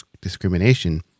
discrimination